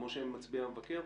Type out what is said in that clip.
כמו שמצביע המבקר,